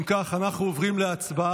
אם כך, אנחנו עוברים להצבעה.